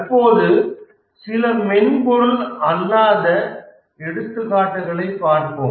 தற்போது சில மென்பொருள் அல்லாத எடுத்துக்காட்டுகளைப் பார்ப்போம்